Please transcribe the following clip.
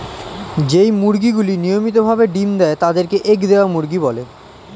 যেই মুরগিগুলি নিয়মিত ভাবে ডিম্ দেয় তাদের কে এগ দেওয়া মুরগি বলে